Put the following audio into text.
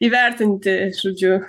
įvertinti žodžiu